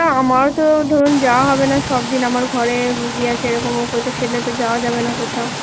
আমারও তো ধরুন যাওয়া হবে না সবদিন আমার ঘরে রুগী আছে এরকম ওকে তো ফেলে যাওয়া যাবে না কোথাও